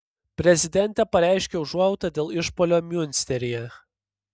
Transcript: prezidentė pareiškė užuojautą dėl išpuolio miunsteryje